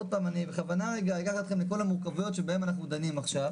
עוד פעם אני בכוונה רגע אקח אתכם לכל המורכבויות שבהן אנחנו דנים עכשיו,